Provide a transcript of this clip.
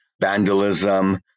vandalism